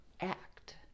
act